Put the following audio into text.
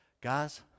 Guys